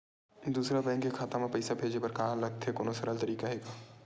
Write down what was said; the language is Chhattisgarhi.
दूसरा बैंक के खाता मा पईसा भेजे बर का लगथे कोनो सरल तरीका हे का?